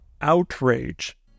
outrage